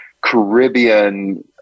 Caribbean